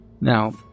Now